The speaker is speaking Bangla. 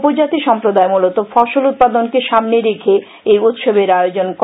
উপজাতি সম্প্রদায় মলত ফসল উৎপাদনকে সামনে রেখে এই উৎসবের আয়োজন করে